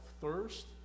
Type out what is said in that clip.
thirst